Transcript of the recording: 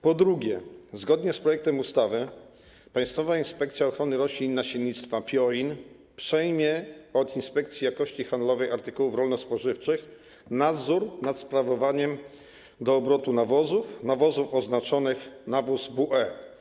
Po drugie, zgodnie z projektem ustawy Państwowa Inspekcja Ochrony Roślin i Nasiennictwa, PIORiN, przejmie od Inspekcji Jakości Handlowej Artykułów Rolno-Spożywczych nadzór nad wprowadzaniem do obrotu nawozów, nawozów oznaczonych znakiem „nawóz WE”